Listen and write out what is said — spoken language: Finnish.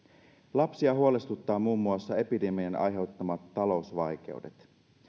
lapsia huolestuttaa muun muassa epidemian aiheuttamat talousvaikeudet